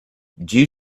due